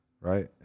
right